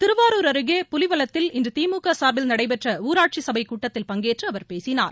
திருவாரூர் அருகே புலிவலத்தில் இன்று திமுக சார்பில் நடைபெற்ற ஊராட்சி சபை கூட்டத்தில் பங்கேற்று அவர் பேசினார்